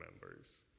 members